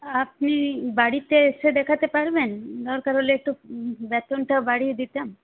আপনি বাড়িতে এসে দেখাতে পারবেন দরকার হলে একটু বেতনটা বাড়িয়ে দিতাম